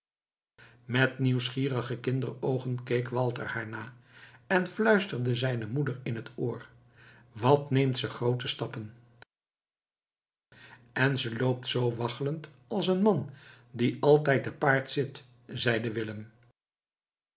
met nieuwsgierige kinderoogen keek walter haar na en fluisterde zijne moeder in het oor wat neemt ze groote stappen en ze loopt zoo waggelend als een man die altijd te paard zit zeide willem